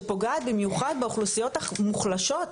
שפוגעת במיוחד באוכלוסיות המוחלשות,